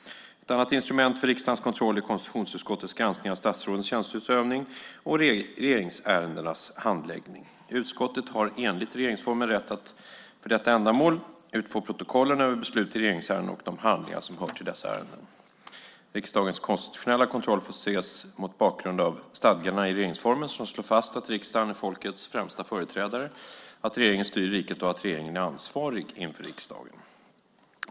Ett annat instrument för riksdagens kontroll är konstitutionsutskottets granskning av statsrådens tjänsteutövning och regeringsärendenas handläggning. Utskottet har enligt regeringsformen rätt att för detta ändamål utfå protokollen över beslut i regeringsärenden och de handlingar som hör till dessa ärenden. Riksdagens konstitutionella kontroll får ses mot bakgrund av stadgandena i regeringsformen som slår fast att riksdagen är folkets främsta företrädare, att regeringen styr riket och att regeringen är ansvarig inför riksdagen.